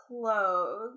clothes